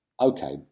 okay